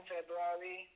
February